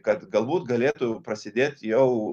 kad galbūt galėtų prasidėt jau